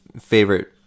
favorite